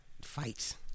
fights